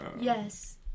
yes